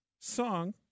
song